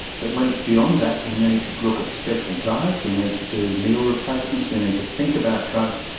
but when it's beyond that we need to look at special diets, we need to do meal replacements, we need to think about drugs,